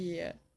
ya